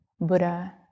Buddha